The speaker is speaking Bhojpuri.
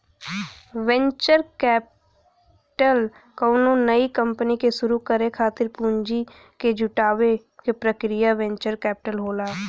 वेंचर कैपिटल कउनो नई कंपनी के शुरू करे खातिर पूंजी क जुटावे क प्रक्रिया वेंचर कैपिटल होला